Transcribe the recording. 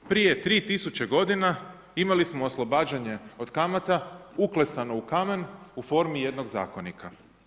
Prije 3000 godina imali smo oslobađanje od kamate uklesano u kamen u formi jednog zakonika.